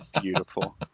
beautiful